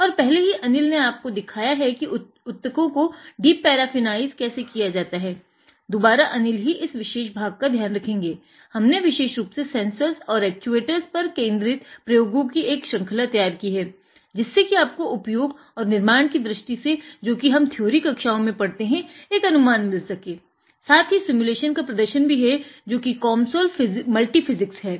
और पहले ही अनिल ने आपको सिखाया है कि उतकों को डीपैराफीनाइज़ है